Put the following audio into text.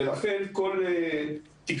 ולכן, כל תקצוב